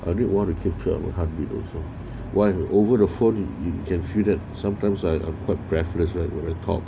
I didn't want to capture of a heartbeat also won over the forty you can feel that sometimes on a per breathless regular adult